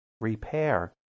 repair